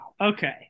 Okay